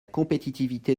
compétitivité